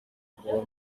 kuba